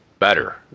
better